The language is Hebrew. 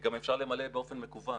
גם אפשר למלא באופן מקוון,